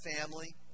family